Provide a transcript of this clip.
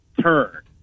turn